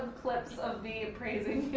clips of me praising you.